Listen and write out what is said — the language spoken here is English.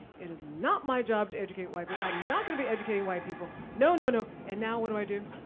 it is not my job to educate white people, i'm not gonna be educating white people, no, no, no. and now what do i do?